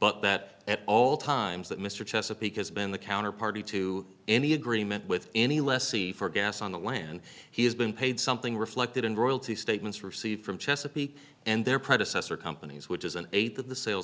but that at all times that mr chesapeake has been the counter party to any agreement with any lessee for gas on the land he has been paid something reflected in royalty statements received from chesapeake and their predecessor companies which is an eighth of the sales